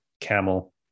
camel